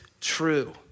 true